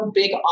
big